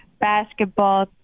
basketball